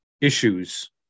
issues